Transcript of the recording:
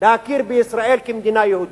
להכיר בישראל כמדינה יהודית.